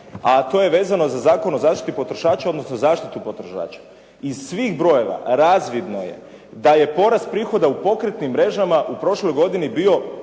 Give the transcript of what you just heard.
a to je vezano za Zakon o zaštiti potrošača, odnosno zaštitu potrošača. Iz svih brojeva razvidno je da je porast prihoda u pokretnim mrežama u prošloj godini bio